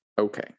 okay